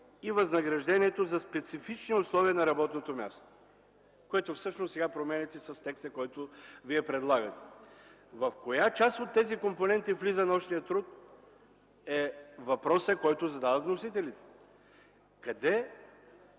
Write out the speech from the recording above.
и възнаграждението за специфични условия на работното място, което всъщност сега променяте с текста, който предлагате. В коя част от тези компоненти влиза нощният труд е въпросът, който задават вносителите. Къде